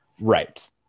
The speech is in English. Right